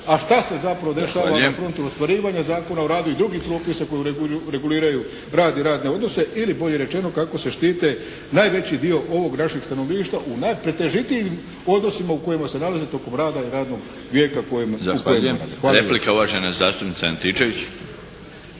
a šta se zapravo dešava prema putu ostvarivanja Zakona o radu i drugih propisa koji reguliraju rad i radne odnose, ili bolje rečeno kako se štite najveći dio ovog našeg stanovništva u najpretežitijim odnosima u kojima se nalaze tokom rada i radnog vijeka …/Govornik se ne razumije./…